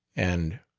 and,